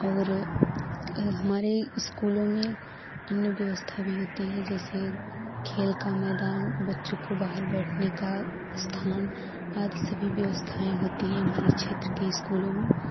और हमारे स्कूलों में अन्य व्यवस्था भी होती है जैसे खेल का मैदान बच्चों को बाहर बैठने का स्थान आदि सभी व्यवस्थाएँ होती हैं हमारे क्षेत्र के स्कूलों में